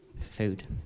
food